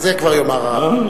את זה כבר יאמר הרב.